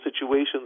situations